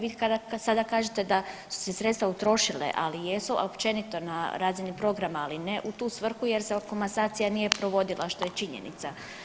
Vi sada kažete da su se sredstva utrošila, ali jesu al općenito na razini programa, ali ne u tu svrhu jer se komasacija nije provodila što je činjenica.